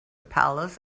palace